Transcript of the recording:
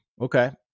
Okay